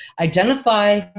identify